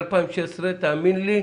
מ-2016, תאמין לי,